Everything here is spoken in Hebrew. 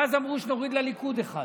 ואז אמרו: נוריד לליכוד אחד,